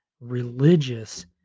religious